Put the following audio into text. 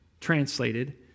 translated